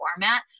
format